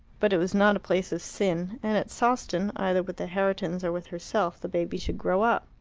but it was not a place of sin, and at sawston, either with the herritons or with herself, the baby should grow up.